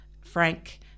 frank